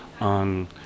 on